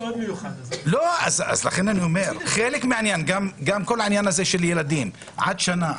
גם כל העניין הזה של ילדים עד גיל שנה,